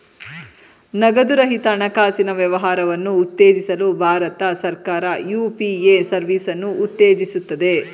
ನಗದು ರಹಿತ ಹಣಕಾಸಿನ ವ್ಯವಹಾರವನ್ನು ಉತ್ತೇಜಿಸಲು ಭಾರತ ಸರ್ಕಾರ ಯು.ಪಿ.ಎ ಸರ್ವಿಸನ್ನು ಉತ್ತೇಜಿಸುತ್ತದೆ